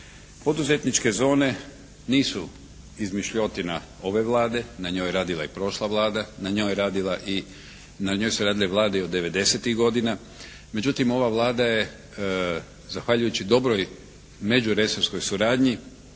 Poduzetničke zone nisu izmišljotina ove Vlade, na njoj je radila i prošla Vlada, na njoj su radile Vlade i od 90-tih godina. Međutim, ova Vlada je zahvaljujući dobroj međuresorskoj suradnji